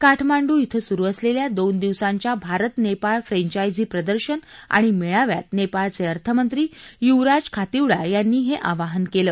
काठमांडू िंग सुरु असलेल्या दोन दिवसांच्या भारत नेपाळ फ्रेंचायझी प्रदर्शन आणि मेळाव्यात नेपाळचे अर्थमंत्री युवराज खातीवडा यांनी हे आवाहन केलं